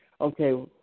okay